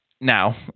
now